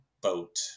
boat